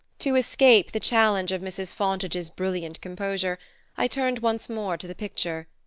to escape the challenge of mrs. fontage's brilliant composure i turned once more to the picture.